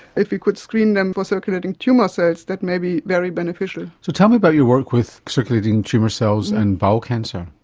if you could screen them for circulating tumour cells that may be very beneficial. so tell me about your work with circulating tumour cells and bowel cancer.